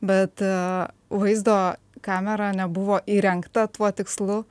bet vaizdo kamera nebuvo įrengta tuo tikslu